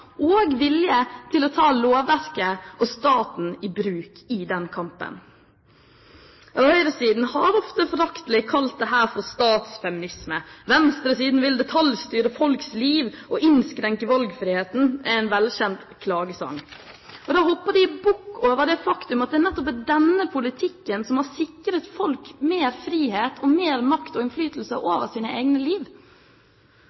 og vilje til å ta lovverket og staten i bruk i den kampen. Høyresiden har ofte foraktelig kalt dette for statsfeminisme: Venstresiden vil detaljstyre folks liv og innskrenke valgfriheten, er en velkjent klagesang. Da hopper de bukk over det faktum at det nettopp er denne politikken som har sikret folk mer frihet og mer makt og innflytelse